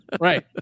right